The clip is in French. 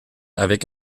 avec